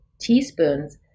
teaspoons